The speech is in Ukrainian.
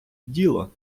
діло